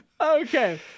Okay